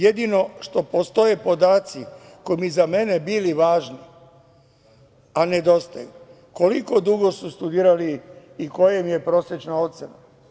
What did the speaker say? Jedino što postoje podaci koji bi za mene bili važni, a nedostaju, je koliko dugo su studirali i koja im je prosečna ocena?